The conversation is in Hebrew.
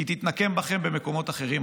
כי היא תתנקם בכם במקומות אחרים.